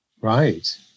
right